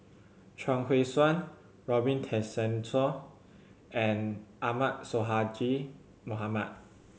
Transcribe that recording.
Chuang Hui Tsuan Robin Tessensohn and Ahmad Sonhadji Mohamad